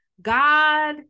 God